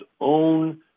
own